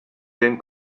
den